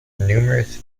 numerous